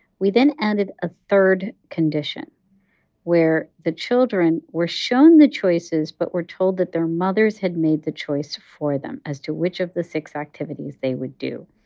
we then added a third condition where the children were shown the choices but were told that their mothers had made the choice for them as to which of the six activities they would do.